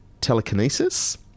telekinesis